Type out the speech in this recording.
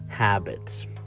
Habits